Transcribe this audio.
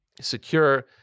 secure